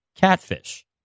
catfish